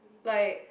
like